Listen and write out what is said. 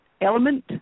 element